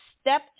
step